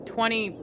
Twenty